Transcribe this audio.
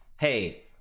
hey